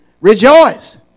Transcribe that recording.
rejoice